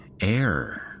air